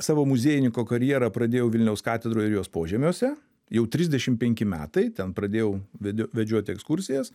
savo muziejininko karjerą pradėjau vilniaus katedroje ir jos požemiuose jau trisdešimt penki metai ten pradėjau ve vedžioti ekskursijas